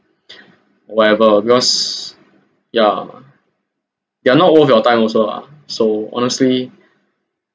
or or whatever because ya they are not worth your time also lah so honestly in trouble